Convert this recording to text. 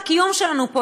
הקיום שלנו פה,